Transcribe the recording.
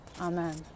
Amen